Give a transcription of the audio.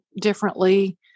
differently